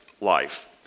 life